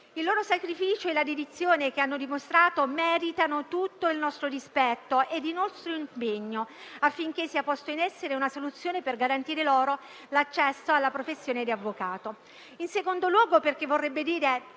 Il loro sacrificio e la dedizione che hanno dimostrato meritano tutto il nostro rispetto e il nostro impegno, affinché sia posta in essere una soluzione per garantire loro l'accesso alla professione di avvocato. Inoltre, vorrebbe dire